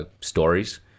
stories